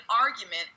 argument